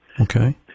Okay